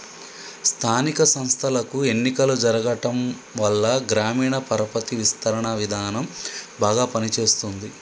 స్థానిక సంస్థలకు ఎన్నికలు జరగటంవల్ల గ్రామీణ పరపతి విస్తరణ విధానం బాగా పని చేస్తుంది